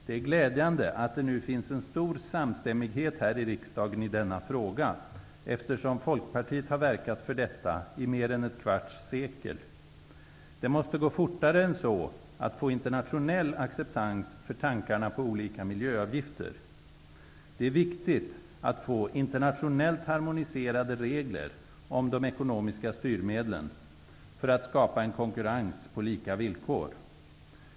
Det är glädjande att det nu finns en stor samstämmighet här i riksdagen i denna fråga, eftersom Folkpartiet har verkat för detta i mer än ett kvarts sekel. Det måste gå fortare än så att få internationell acceptans för tankarna på olika miljöavgifter. Det är viktigt att få internationellt harmoniserade regler om de ekonomiska styrmedlen för att skapa en konkurrens på lika villkor.